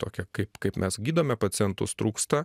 tokią kaip kaip mes gydome pacientus trūksta